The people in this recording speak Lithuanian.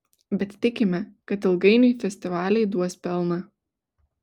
bet tikime kad ilgainiui festivaliai duos pelną